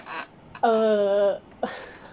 uh